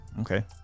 Okay